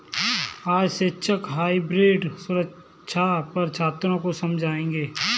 आज शिक्षक हाइब्रिड सुरक्षा पर छात्रों को समझाएँगे